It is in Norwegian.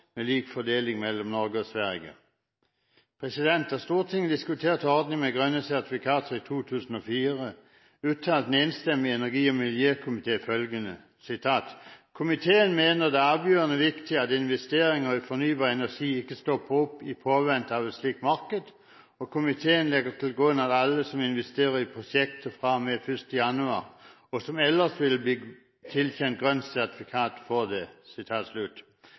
med lik fordeling mellom Norge og Sverige. Da Stortinget diskuterte ordningen med grønne sertifikater i 2004, uttalte en enstemmig energi- og miljøkomité følgende: «Komiteen mener det er avgjørende viktig at investeringer i ny fornybar energi ikke stopper opp i påvente av et slikt marked, og komiteen legger til grunn at alle som investerer i prosjektet fra og med 1. januar 2004, og som ellers vil bli tilkjent grønt sertifikat, får det.»